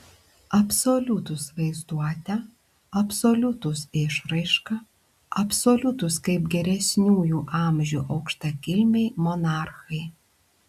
absoliutūs vaizduote absoliutūs išraiška absoliutūs kaip geresniųjų amžių aukštakilmiai monarchai